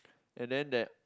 and then that